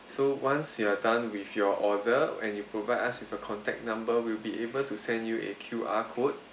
so once you are done with your order and you provide us with a contact number we'll be able to send you a Q_R code